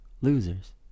losers